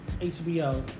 HBO